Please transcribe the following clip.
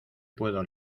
puedo